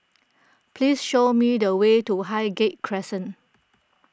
please show me the way to Highgate Crescent